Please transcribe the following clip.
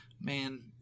man